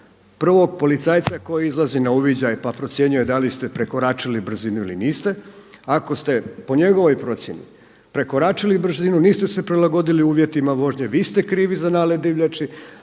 prvog policajca koji izlazi na uviđaj pa procjenjuje da li ste prekoračili brzinu ili niste. Ako ste po njegovoj procjeni prekoračili brzinu, niste se prilagodili uvjetima vožnje vi ste krivi za nalet divljači.